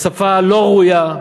בשפה לא ראויה,